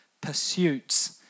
pursuits